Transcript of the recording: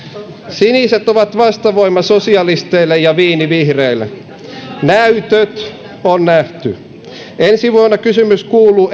siniset on vastavoima sosialisteille ja viini vihreille näytöt on nähty ensi vuonna kysymys kuuluu